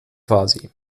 quasi